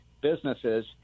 businesses